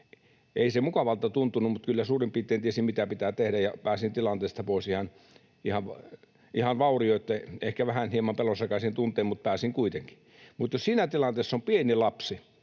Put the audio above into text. Ei se mukavalta tuntunut, mutta kyllä suurin piirtein tiesin, mitä pitää tehdä, ja pääsin tilanteesta pois ihan vaurioitta, ehkä hieman pelonsekaisin tuntein, mutta pääsin kuitenkin. Mutta jos siinä tilanteessa on pieni lapsi,